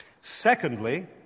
Secondly